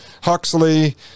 Huxley